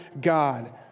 God